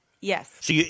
Yes